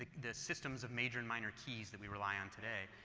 ah the systems of major and minor keys that we rely on today.